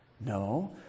No